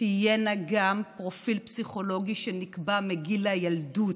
יהיה גם פרופיל פסיכולוגי שנקבע מגיל הילדות.